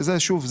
שוב,